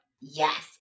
Yes